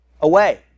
Away